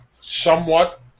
somewhat